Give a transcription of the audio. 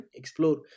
explore